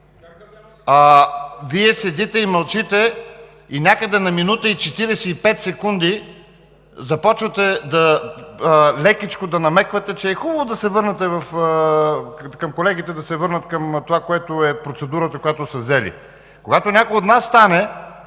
Вие седите и мълчите, и някъде на минута и 45 секунди започвате лекичко да намеквате, че е хубаво колегите да се върнат към процедура, която са взели. Когато някой от нас стане